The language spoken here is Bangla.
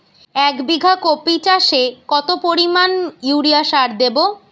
এক বিঘা কপি চাষে কত পরিমাণ ইউরিয়া সার দেবো?